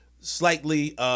slightly